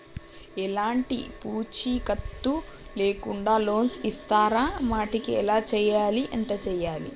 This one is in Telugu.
ఎలాంటి పూచీకత్తు లేకుండా లోన్స్ ఇస్తారా వాటికి ఎలా చేయాలి ఎంత చేయాలి?